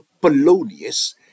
Polonius